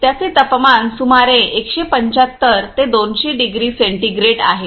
त्याचे तापमान सुमारे 175 ते 200 डिग्री सेंटीग्रेड आहे